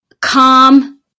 Calm